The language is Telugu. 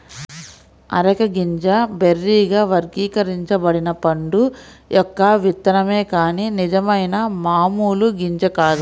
అరెక గింజ బెర్రీగా వర్గీకరించబడిన పండు యొక్క విత్తనమే కాని నిజమైన మామూలు గింజ కాదు